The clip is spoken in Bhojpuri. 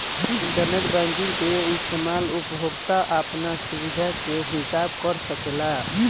इंटरनेट बैंकिंग के इस्तमाल उपभोक्ता आपन सुबिधा के हिसाब कर सकेला